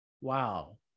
wow